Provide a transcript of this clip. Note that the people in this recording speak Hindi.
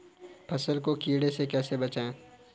फसल को कीड़े से कैसे बचाएँ?